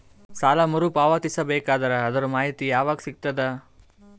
ಸಾಲ ಮರು ಪಾವತಿಸಬೇಕಾದರ ಅದರ್ ಮಾಹಿತಿ ಯವಾಗ ಸಿಗತದ?